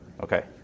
Okay